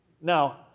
Now